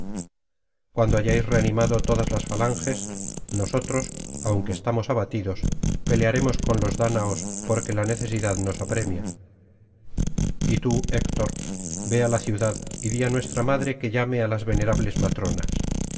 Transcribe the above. cuando hayáis reanimado todas las falanges nosotros aunque estamos abatidos pelearemos con los dáñaos porque la necesidad nos apremia y tü héctor ve á la ciudad y di á nuestra madre que llame á las venerables matronas